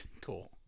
Cool